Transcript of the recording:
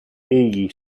egli